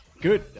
Good